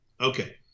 Okay